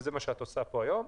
וזה מה שאת עושה כאן היום,